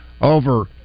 Over